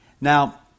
Now